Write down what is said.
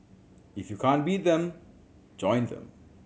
if you can't beat them join them